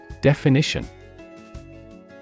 Definition